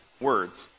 words